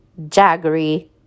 jaggery